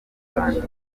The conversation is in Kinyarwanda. cyatangiye